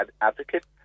advocate